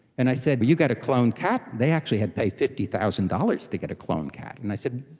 and i said, you've got a cloned cat, they actually had paid fifty thousand dollars to get a cloned cat. and i said,